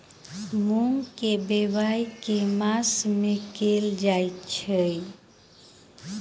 मूँग केँ बोवाई केँ मास मे कैल जाएँ छैय?